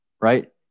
right